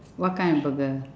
what kind of burger